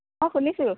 অঁ শুনিছোঁ